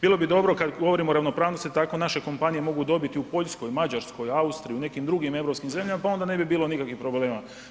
Bilo bi dobro kad govorimo o ravnopravnosti da tako naše kompanije mogu dobiti u Poljskoj, Mađarskoj u Austriji u nekim drugim europskim zemljama pa onda ne bi bilo nikakvih problema.